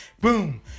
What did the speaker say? boom